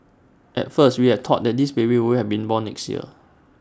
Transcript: at first we had thought that this baby would have be born next year